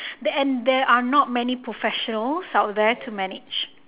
there and there are not many professional out there to manage